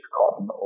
cotton